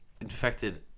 infected